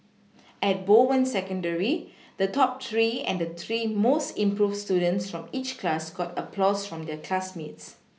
at Bowen secondary the top three and the three most improved students from each class got applause from their classmates